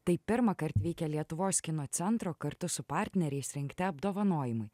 tai pirmąkart vykę lietuvos kino centro kartu su partneriais rinkti apdovanojimai